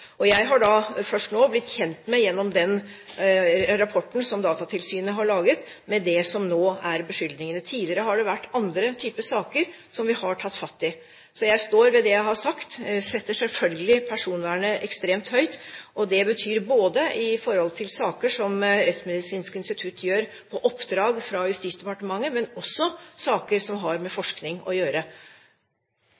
først nå gjennom den rapporten som Datatilsynet har laget, blitt kjent med disse beskyldningene. Tidligere har det vært andre typer saker som vi har tatt fatt i. Så jeg står ved det jeg har sagt. Jeg setter selvfølgelig personvernet ekstremt høyt, ikke bare i saker som Rettsmedisinsk institutt utfører på oppdrag fra Justisdepartementet, men også i saker som har med